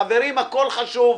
חברים, הכול חשוב.